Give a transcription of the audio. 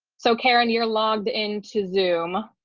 so karen, you're logged into zoom.